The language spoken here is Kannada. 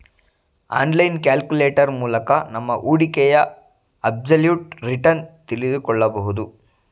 ಆನ್ಲೈನ್ ಕ್ಯಾಲ್ಕುಲೇಟರ್ ಮೂಲಕ ನಮ್ಮ ಹೂಡಿಕೆಯ ಅಬ್ಸಲ್ಯೂಟ್ ರಿಟರ್ನ್ ತಿಳಿದುಕೊಳ್ಳಬಹುದು